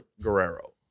Guerrero